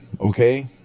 okay